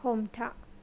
हमथा